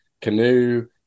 canoe